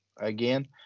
again